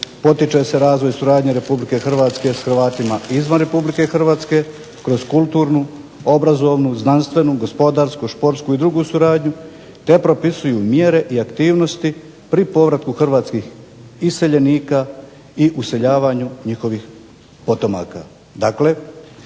potiče se razvoj i suradnja Republike Hrvatske s Hrvatima izvan Republike Hrvatske kroz kulturnu, obrazovnu, znanstvenu, gospodarsku, športsku i drugu suradnju, te propisuju mjere i aktivnosti pri povratku hrvatskih iseljenika i useljavanju njihovih potomaka.